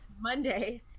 Monday